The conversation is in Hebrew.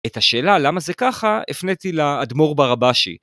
את השאלה למה זה ככה הפניתי לאדמו"ר ברבאשי.